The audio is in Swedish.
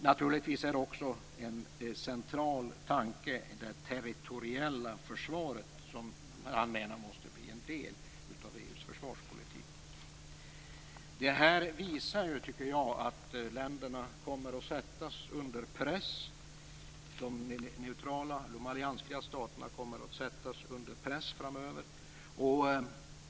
Naturligtvis är också det territoriella försvaret en central tanke. Detta menar han måste bli en del av Det här visar, tycker jag, att de neutrala och alliansfria staterna kommer att sättas under press framöver.